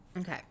Okay